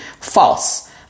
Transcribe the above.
false